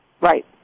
Right